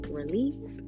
release